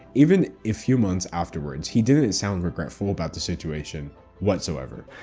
even if few months afterwards, he didn't sound regretful about the situation whatsoever.